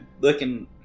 looking